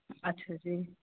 ਅੱਛਾ ਜੀ